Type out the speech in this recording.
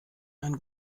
ein